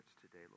today